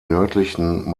nördlichen